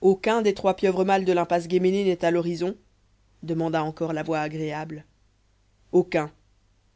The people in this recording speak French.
aucun des trois pieuvres mâles de l'impasse guéménée n'est à l'horizon demanda encore la voix agréable aucun